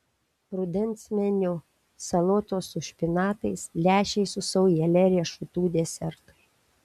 rudens meniu salotos su špinatais lęšiai su saujele riešutų desertui